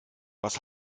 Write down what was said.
was